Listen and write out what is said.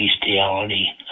bestiality